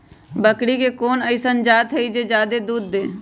बकरी के कोन अइसन जात हई जे जादे दूध दे?